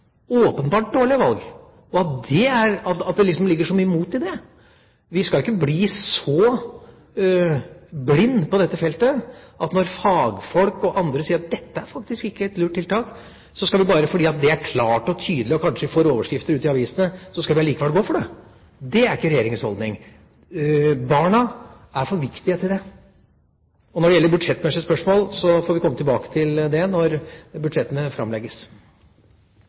åpenbart dårlige valg – og at det liksom ligger så mye mot i det. Vi må ikke bli så blinde på dette feltet at når fagfolk og andre sier at dette faktisk ikke er et lurt tiltak, så skal vi bare fordi det er klart og tydelig og kanskje får overskrifter ute i avisene, likevel gå for det. Det er ikke Regjeringas holdning. Barna er for viktige til det. Når det gjelder budsjettmessige spørsmål, får vi komme tilbake til det når budsjettene framlegges.